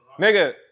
Nigga